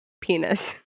penis